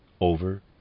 over